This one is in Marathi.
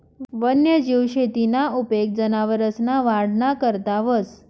वन्यजीव शेतीना उपेग जनावरसना वाढना करता व्हस